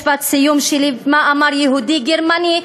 משפט הסיום שלי הוא מה שאמר יהודי גרמני,